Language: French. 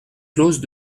clause